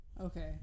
okay